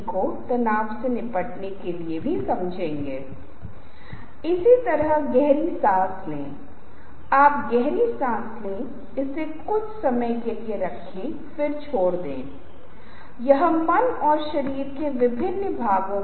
और इंटरैक्टिव ध्वनि वह जगह है जहां आप देखते हैं कि जब आप क्लिक करते हैं तो आपने विशिष्ट ध्वनि बनाई है